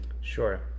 sure